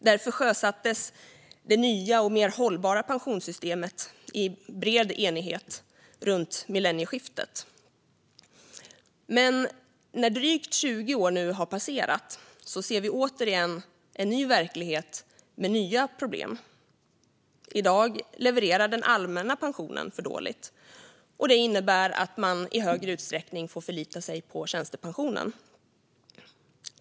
Därför sjösattes det nya och mer hållbara pensionssystemet i bred enighet runt millennieskiftet. Men när drygt 20 år nu har passerat ser vi återigen en ny verklighet med nya problem. I dag levererar den allmänna pensionen för dåligt, och det innebär att man i högre utsträckning får förlita sig på tjänstepensionen.